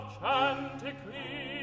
Chanticleer